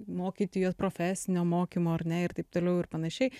mokyti juos profesinio mokymo ar ne ir taip toliau ir panašiai